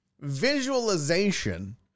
visualization